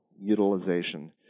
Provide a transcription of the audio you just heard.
utilization